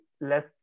less